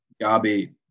Gabby